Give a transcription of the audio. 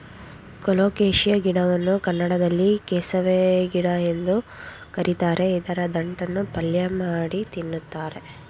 colocasia ಗಿಡವನ್ನು ಕನ್ನಡದಲ್ಲಿ ಕೆಸವೆ ಗಿಡ ಎಂದು ಕರಿತಾರೆ ಇದರ ದಂಟನ್ನು ಪಲ್ಯಮಾಡಿ ತಿನ್ನುತ್ತಾರೆ